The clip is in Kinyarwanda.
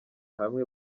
hamwe